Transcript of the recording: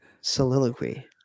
Soliloquy